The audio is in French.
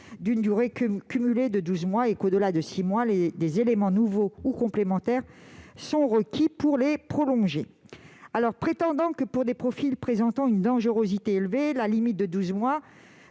d'une durée cumulée de douze mois. Au-delà de six mois, des éléments nouveaux ou complémentaires sont requis pour les prolonger. Prétendant que, pour des profils présentant une dangerosité élevée, la limite de douze mois